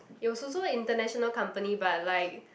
it was also international company but like